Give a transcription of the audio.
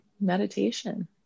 meditation